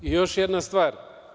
Još jedna stvar.